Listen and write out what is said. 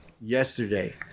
yesterday